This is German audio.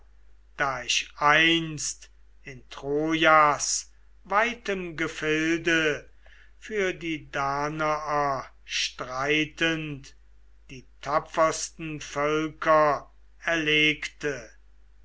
da ich einst in trojas weitem gefilde für die danaer streitend die tapfersten völker erlegte